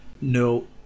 no